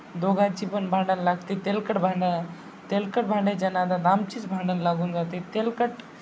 दोघाची पण भांडण लागते तेलकट भांडणं तेलकट भांड्याच्या नादात आमचीच भांडण लागून जाते तेलकट